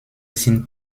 sind